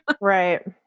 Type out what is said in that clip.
Right